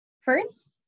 First